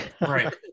right